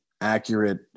accurate